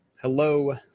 Hello